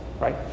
right